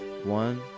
one